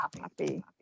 happy